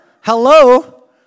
Hello